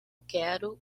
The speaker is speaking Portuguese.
quero